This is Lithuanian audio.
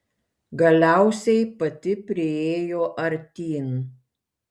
galiausiai pati priėjo artyn